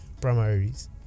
primaries